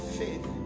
faith